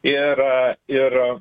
ir ir